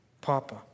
Papa